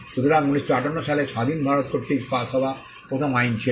সুতরাং 1958 সালে স্বাধীন ভারত কর্তৃক পাস হওয়া প্রথম আইন ছিল